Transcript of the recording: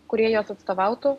kurie jas atstovautų